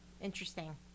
Interesting